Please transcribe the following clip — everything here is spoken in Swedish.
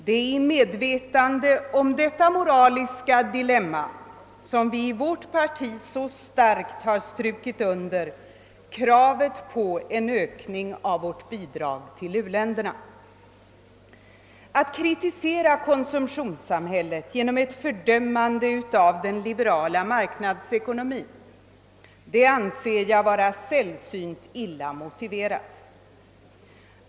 Det är i medvetande om detta moraliska dilemma som vi i vårt parti så starkt har strukit under kravet på en ökning av vårt bidrag till u-länderna. Att kritisera konsumtionssamhället zenom ett fördömande av den liberala marknadsekonomin anser jag vara sällsynt illa motiverat.